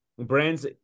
brands